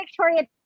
Victoria